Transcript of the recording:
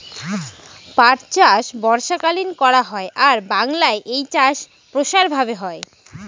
পাট চাষ বর্ষাকালীন করা হয় আর বাংলায় এই চাষ প্রসার ভাবে হয়